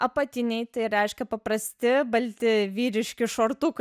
apatiniai tai reiškia paprasti balti vyriški šortukai